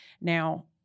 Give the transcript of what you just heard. Now